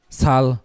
sal